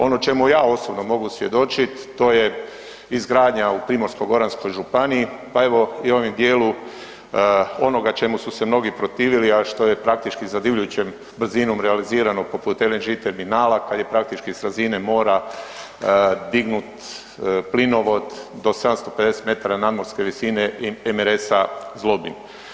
Ono čemu ja osobno mogu svjedočit to je izgradnja u Primorsko-goranskoj županiji, pa evo i onom dijelu onoga čemu su se mnogi protivili, a što je praktički zadivljujućom brzinom realizirano poput LNG terminala kad je praktički s razine mora dignut plinovod do 750 metara nadmorske visine „MRS Zlobin“